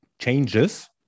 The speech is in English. changes